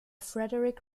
frederick